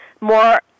more